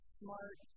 smart